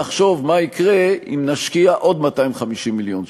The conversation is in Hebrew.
היושב-ראש, תודה, חברי, חברותי,